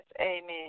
Amen